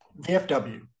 vfw